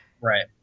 Right